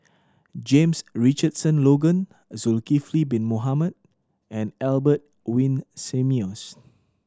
James Richardson Logan Zulkifli Bin Mohamed and Albert Winsemius